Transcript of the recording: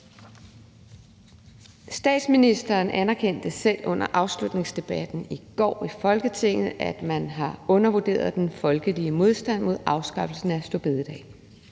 Statsministeren anerkendte selv under afslutningsdebatten i går i Folketinget, at man har undervurderet den folkelige modstand mod afskaffelsen af store bededag.